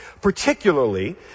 particularly